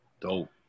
Dope